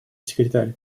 секретарь